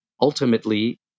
ultimately